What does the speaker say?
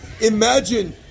Imagine